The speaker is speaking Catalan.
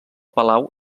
palau